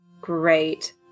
Great